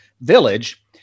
village